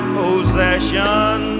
possession